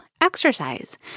Exercise